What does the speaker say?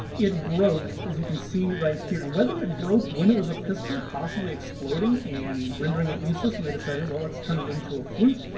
it broke, as you can see right here. and whether it broke when it was a pistol, possibly exploding and rendering it useless and they decided, well let's turn it into a flute,